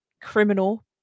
criminal